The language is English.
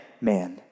man